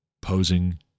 posing